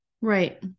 Right